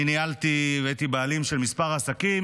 אני ניהלתי והייתי בעלים של כמה עסקים